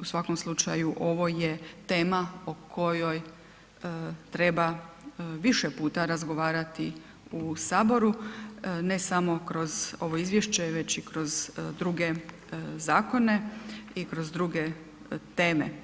u svakom slučaju ovo je tema o kojoj treba više puta razgovarati u HS, ne samo kroz ovo izvješće, već i kroz druge zakone i kroz druge teme.